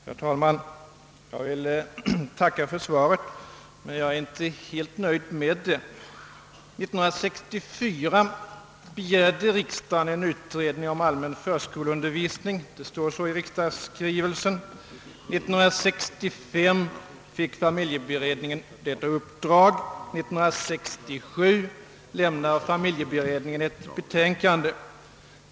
Herr talman! Jag vill tacka för svaret, men jag är inte helt nöjd med det. 1964 begärde riksdagen en utredning om allmän förskoleundervisning — det står så i riksdagsskrivelsen. 1965 fick familjeberedningen detta uppdrag. 1967 lämnar familjeberedningen ett betänkande.